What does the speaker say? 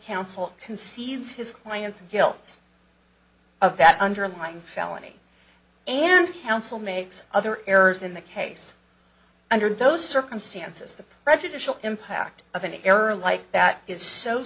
counsel conceals his client's guilt of that underlying felony and counsel makes other errors in the case under those circumstances the prejudicial impact of an error like that is so